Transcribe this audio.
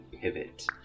pivot